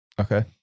okay